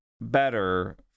better